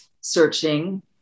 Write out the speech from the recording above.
searching